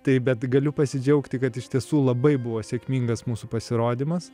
tai bet galiu pasidžiaugti kad iš tiesų labai buvo sėkmingas mūsų pasirodymas